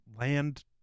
land